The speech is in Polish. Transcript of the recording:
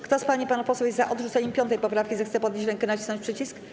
Kto z pań i panów posłów jest za odrzuceniem 5. poprawki, zechce podnieść rękę i nacisnąć przycisk.